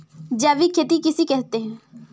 जैविक खेती किसे कहते हैं?